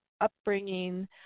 upbringing